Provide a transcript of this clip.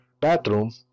bathroom